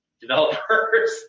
developers